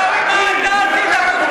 עיסאווי, מה אתה עשית חוץ,